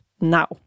now